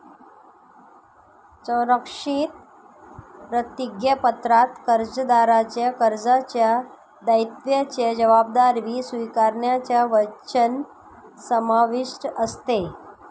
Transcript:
संरक्षित प्रतिज्ञापत्रात कर्जदाराच्या कर्जाच्या दायित्वाची जबाबदारी स्वीकारण्याचे वचन समाविष्ट असते